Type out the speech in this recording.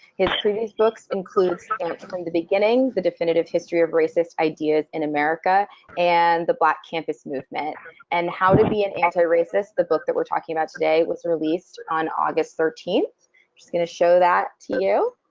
his previous books include stamps from the beginnings the definitive history of racist ideas in america and the black campus movement and how to be an anti-racist, the book that we're talking about today, was released on august thirteenth just gonna show that to you.